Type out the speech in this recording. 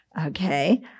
Okay